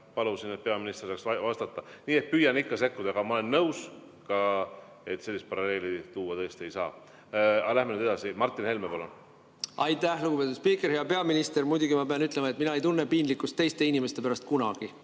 Palusin, et peaminister saaks vastata. Nii et püüan ikka sekkuda. Aga ma olen nõus, et sellist paralleeli tuua tõesti ei saa. Aga lähme nüüd edasi. Martin Helme, palun! Aitäh, lugupeetud spiiker! Hea peaminister! Muidugi ma pean ütlema, et mina ei tunne piinlikkust teiste inimeste pärast kunagi,